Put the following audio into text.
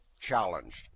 challenged